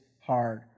hard